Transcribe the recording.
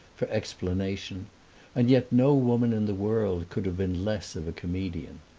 for explanation and yet no woman in the world could have been less of a comedian.